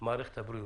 מערכת הבריאות.